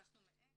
לקחנו מהם,